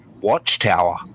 watchtower